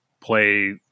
play